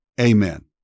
Amen